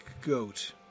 goat